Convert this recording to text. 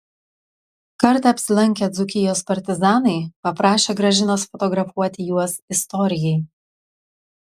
kartą apsilankę dzūkijos partizanai paprašę gražinos fotografuoti juos istorijai